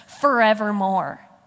forevermore